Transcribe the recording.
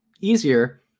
easier